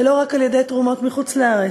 ולא רק על-ידי תרומות בחוץ-לארץ,